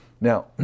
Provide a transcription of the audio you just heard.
Now